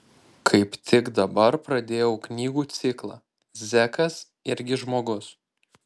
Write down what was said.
kaip tik dabar pradėjau knygų ciklą zekas irgi žmogus